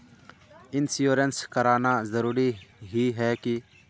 Insurance कराना जरूरी ही है की?